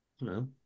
No